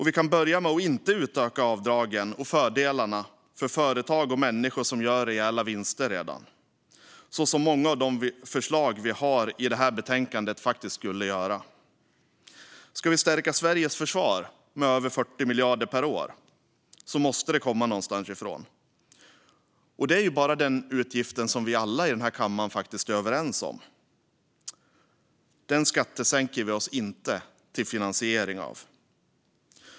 Vi kan börja med att inte utöka avdragen och fördelarna för företag och människor som redan gör rejäla vinster, vilket många av de förslag vi har i det här betänkandet skulle göra. Ska vi stärka Sveriges försvar med över 40 miljarder per år måste de komma någonstans ifrån. Det är bara denna utgift vi alla i den här kammaren är överens om. Den skattesänker vi oss inte till finansiering av.